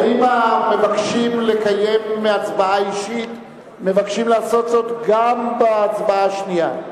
האם המבקשים לקיים הצבעה אישית מבקשים לעשות זאת גם בהצבעה השנייה?